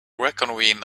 reconvene